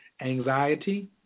anxiety